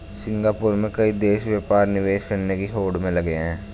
Singapore में कई देश व्यापार निवेश करने की होड़ में लगे हैं